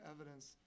evidence